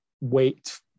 wait